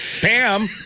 Pam